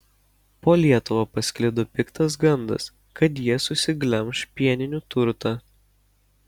po lietuvą pasklido piktas gandas kad jie susiglemš pieninių turtą